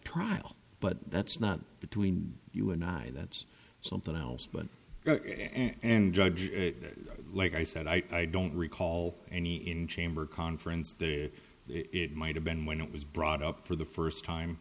trial but that's not between you and nine that's something else but and judge like i said i don't recall any in chamber conference there it might have been when it was brought up for the first time